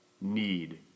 need